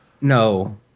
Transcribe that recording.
No